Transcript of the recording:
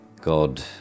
God